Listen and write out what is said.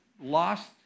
lost